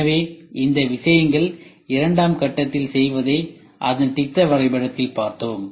எனவே இந்த விஷயங்கள் இரண்டாம் கட்டத்தில் செய்வதை அதன் திட்ட வரைபடத்தில் பார்த்தோம்